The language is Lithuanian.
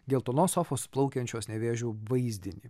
geltonos sofos plaukiančios nevėžiu vaizdinį